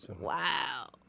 Wow